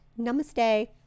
Namaste